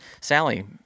Sally